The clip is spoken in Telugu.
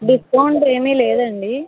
డిస్కౌంట్ ఏమీ లేదండి